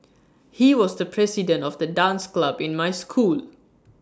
he was the president of the dance club in my school